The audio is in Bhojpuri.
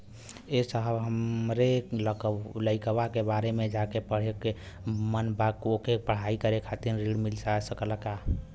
ए साहब हमरे लईकवा के बहरे जाके पढ़े क मन बा ओके पढ़ाई करे खातिर ऋण मिल जा सकत ह?